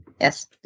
Yes